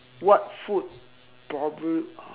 what food probab~